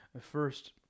First